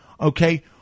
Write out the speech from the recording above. okay